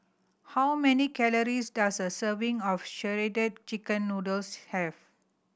how many calories does a serving of Shredded Chicken Noodles have